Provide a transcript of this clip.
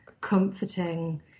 comforting